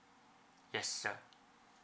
yes sir